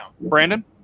brandon